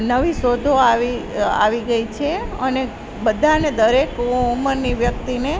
નવી શોધો આવી ગઈ છે અને બધાને દરેક ઉમરની વ્યક્તિને